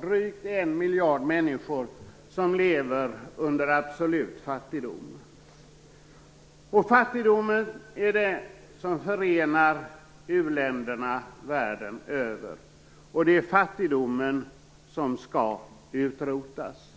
drygt en miljard människor som lever under absolut fattigdom. Det är fattigdomen som förenar u-länderna världen över, och det är fattigdomen som skall utrotas.